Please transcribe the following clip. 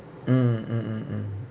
mm mm mm mm